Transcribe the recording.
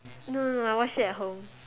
no no no I watched it at home